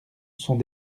sont